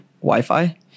Wi-Fi